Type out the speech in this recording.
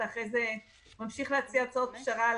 אתה אחרי ממשיך להציע הצעות פשרה עליהן.